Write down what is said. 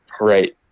Right